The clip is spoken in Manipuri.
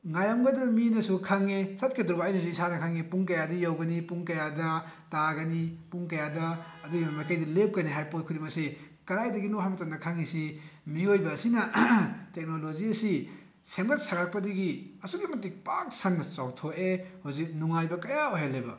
ꯉꯥꯏꯔꯝꯒꯗꯧꯔꯤꯕ ꯃꯤꯗꯨꯅꯁꯨ ꯈꯪꯉꯦ ꯆꯠꯀꯗꯧꯔꯤꯕ ꯑꯩꯅꯁꯨ ꯏꯁꯥꯗ ꯈꯪꯉꯦ ꯄꯨꯡ ꯀꯌꯥꯗ ꯌꯧꯒꯅꯤ ꯄꯨꯡ ꯀꯌꯥꯗ ꯇꯥꯒꯅꯤ ꯄꯨꯡ ꯀꯌꯥꯗ ꯑꯗꯨꯒꯤ ꯑꯗꯨꯒꯤ ꯃꯥꯏꯀꯩꯗꯨꯗ ꯂꯦꯞꯀꯅꯤ ꯍꯥꯏꯕ ꯄꯣꯠ ꯈꯨꯗꯤꯡꯃꯛ ꯑꯁꯤ ꯀꯗꯥꯏꯗꯒꯤꯅꯣ ꯍꯥꯏꯕ ꯃꯇꯝꯗ ꯈꯪꯏꯁꯤ ꯃꯤꯑꯣꯏꯕ ꯑꯁꯤꯅ ꯇꯦꯛꯅꯣꯂꯣꯖꯤꯁꯤ ꯁꯦꯝꯒꯠ ꯁꯥꯒꯠꯄꯗꯒꯤ ꯑꯁꯨꯛꯀꯤ ꯃꯇꯤꯛ ꯄꯥꯛ ꯁꯟꯅ ꯆꯥꯎꯊꯣꯛꯑꯦ ꯍꯧꯖꯤꯛ ꯅꯨꯡꯉꯥꯏꯕ ꯀꯌꯥ ꯑꯣꯏꯍꯜꯂꯦꯕ